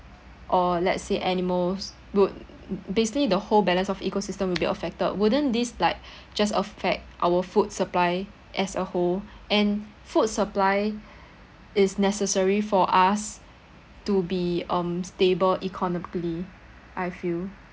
or let's say animals would basically the whole balance of ecosystem will be affected wouldn't this like just affect our food supply as a whole and food supply is necessary for us to be um stable economically I feel